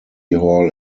hall